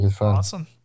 Awesome